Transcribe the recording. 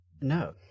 No